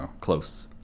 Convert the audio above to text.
close